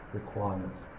requirements